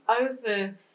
over